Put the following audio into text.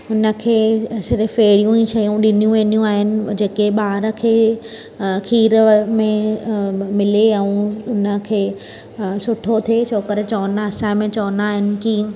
उनखे सिर्फ़ु अहिड़ियूं ई शयूं ॾिनियूं वेंदियूं आहिन जेके ॿार खे खीर में मिले ऐं उनखे सुठो थिए छोकरि चवंदा आहिनि असां में चवंदा आहिनि की